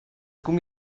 gummi